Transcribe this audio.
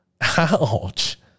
Ouch